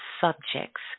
subjects